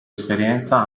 esperienza